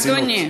לא, אדוני.